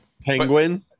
Penguin